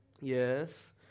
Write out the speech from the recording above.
Yes